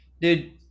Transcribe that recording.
Dude